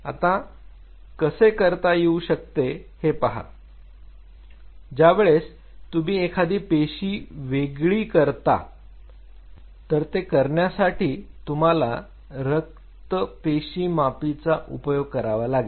आता कसे करता येऊ शकते हे पहा ज्या वेळेस तुम्ही एखादी पेशी वेगळी करता तर ते करण्यासाठी तुम्हाला रक्तपेशीमापीचा उपयोग करावा लागेल